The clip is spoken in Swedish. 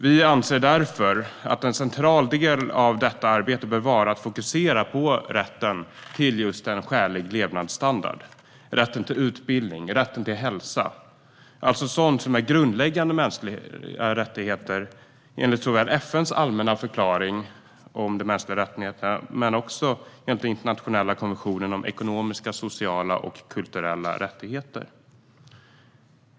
Vi anser därför att en central del av detta arbete bör vara att fokusera på rätten till just en skälig levnadsstandard, rätten till utbildning och rätten till hälsa - alltså sådant som är grundläggande mänskliga rättigheter såväl enligt FN:s allmänna förklaring om de mänskliga rättigheterna som enligt den internationella konventionen om ekonomiska, sociala och kulturella rättigheter.